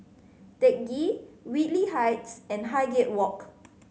Teck Ghee Whitley Heights and Highgate Walk